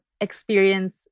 experience